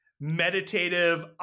meditative